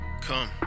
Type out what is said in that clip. come